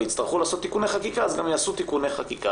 ויצטרכו לעשות תיקוני חקיקה אז גם יעשו תיקוני חקיקה.